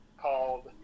called